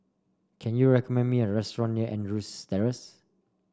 can you recommend me a restaurant near Andrews Terrace